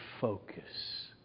focus